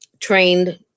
trained